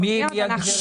מי נמנע?